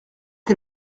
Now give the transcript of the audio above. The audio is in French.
que